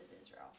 Israel